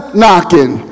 knocking